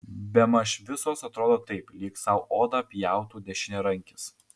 bemaž visos atrodo taip lyg sau odą pjautų dešiniarankis